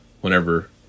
whenever